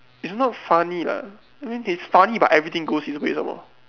it's not funny lah I mean he's funny but everything goes his way some more